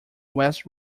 west